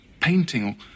painting